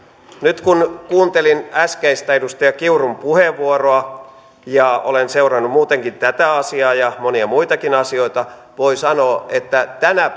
nyt kun kuuntelin äskeistä edustaja kiurun puheenvuoroa ja olen seurannut muutenkin tätä asiaa ja monia muitakin asioita voi sanoa että tänä